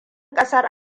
ƙasar